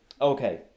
Okay